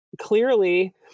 clearly